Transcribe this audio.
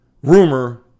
rumor